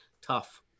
tough